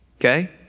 Okay